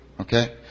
Okay